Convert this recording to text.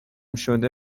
شده